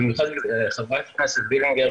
במיוחד חה"כ וולדיגר,